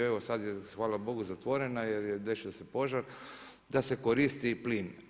Evo sad je hvala Bogu zatvorena jer desio se požar, da se koristi i plin.